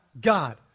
God